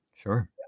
Sure